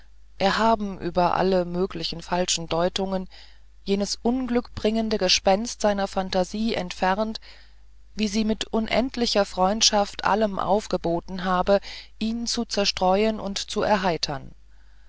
erhaben über alle mögliche falsche deutung jenes unglückbringende gespenst seiner phantasie entfernt wie sie mit unendlicher freundschaft allem aufgeboten habe ihn zu zerstreuen und zu erheitern